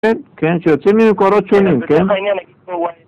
כן, שיוצאים לי מקורות שונים, כן?